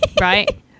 Right